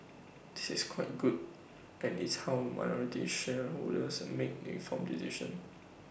that is quite good and it's how minority shareholders make an informed decision